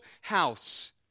house